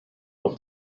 pro